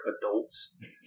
adults